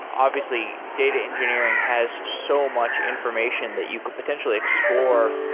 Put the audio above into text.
obviously data engineering has so much information that you could potentially explore.